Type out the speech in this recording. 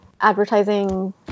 advertising